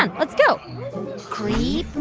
and let's go creep,